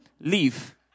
leave